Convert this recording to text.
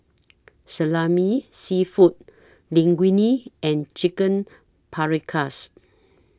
Salami Seafood Linguine and Chicken Paprikas